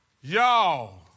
Y'all